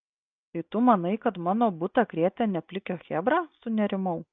tai tu manai kad mano butą krėtė ne plikio chebra sunerimau